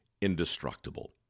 indestructible